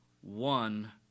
one